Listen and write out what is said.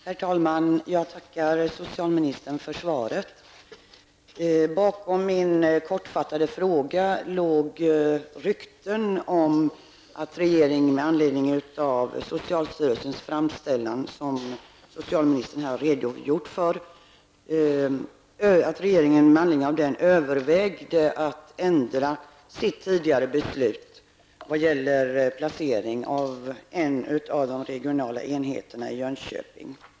Herr talman! Jag tackar socialministern för svaret. Bakom min korta fråga låg rykten om att regeringen med anledning av socialstyrelsens framställan, som socialministern här har redogjort för, övervägde att ändra sitt tidigare beslut i vad gäller placering av en av de regionala enheterna, den i Jönköping.